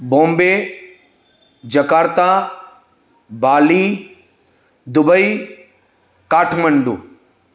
Bombay Jakarta Bali Dubai Kathmandu